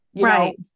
right